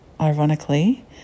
ironically